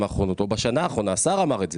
האחרונות או בשנה האחרונה השר אמר את זה,